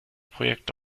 projekt